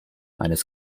eines